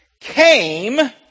came